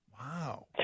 Wow